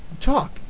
talk